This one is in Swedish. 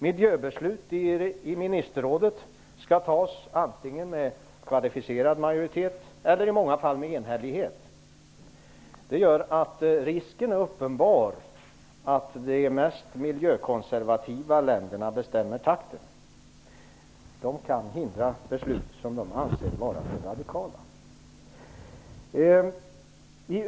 Miljöbeslut i ministerrådet skall fattas antingen med kvalificerad majoritet eller i många fall i enhällighet. Det gör att risken är uppenbar att de mest miljökonservativa länderna bestämmer takten. De kan hindra beslut som de anser vara för radikala.